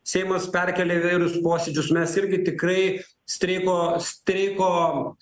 seimas perkelia įvairius posėdžius mes irgi tikrai streiko streiko